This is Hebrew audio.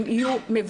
אם הן יהיו מבודדות,